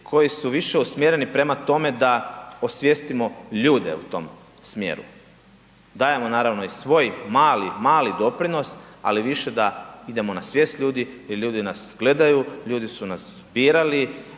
koji su više usmjereni prema tome da osvijestimo ljude u tom smjeru. Dajemo naravno i svoj mali, mali doprinos ali više da idemo na svijest ljudi, jer ljudi nas gledaju, ljudi su nas birali,